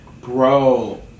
bro